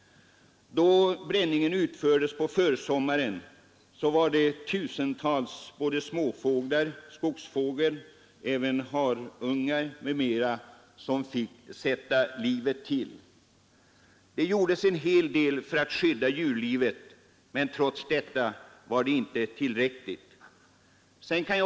Då bränningen utfördes på försommaren förstördes fågelbon, och tusentals småfåglar och annan skogsfågel liksom harungar och andra smådjur fick sätta livet till. Det gjordes en hel del för att skydda djurlivet, men detta var inte tillräckligt.